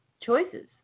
choices